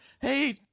Hey